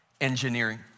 engineering